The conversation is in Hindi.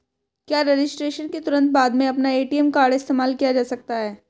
क्या रजिस्ट्रेशन के तुरंत बाद में अपना ए.टी.एम कार्ड इस्तेमाल किया जा सकता है?